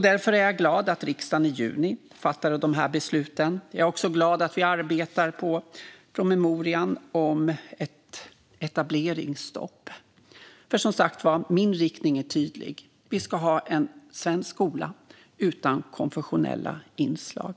Därför är jag glad att riksdagen i juni fattade dessa beslut. Jag är också glad att vi arbetar på promemorian om ett etableringsstopp. Som sagt var är min riktning tydlig. Vi ska ha en svensk skola utan konfessionella inslag.